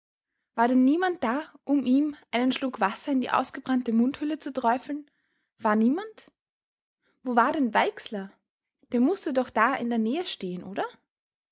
war denn niemand da um ihm einen schluck wasser in die ausgebrannte mundhöhle zu träufeln war niemand wo war denn weixler der mußte doch da in der nähe stehen oder